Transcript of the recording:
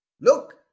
Look